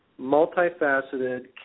multifaceted